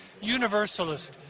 universalist